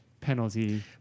penalty